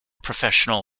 professional